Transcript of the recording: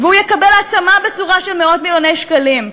והוא יקבל העצמה בצורה של מאות-מיליוני שקלים.